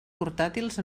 portàtils